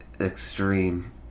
extreme